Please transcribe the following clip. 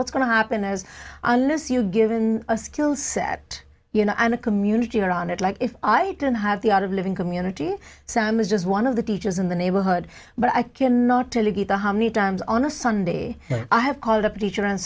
what's going to happen is unless you're given a skill set you know i'm a community around it like if i didn't have the art of living community some is just one of the teachers in the neighborhood but i cannot tell you the how many times on a sunday i have called up teacher and